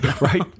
right